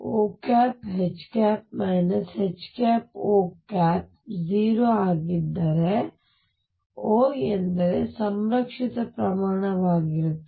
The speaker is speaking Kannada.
OH HO 0 ಆಗಿದ್ದರೆ O ಎಂದರೆ ಸಂರಕ್ಷಿತ ಪ್ರಮಾಣವಾಗಿರುತ್ತದೆ